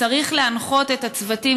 צריך להנחות את הצוותים,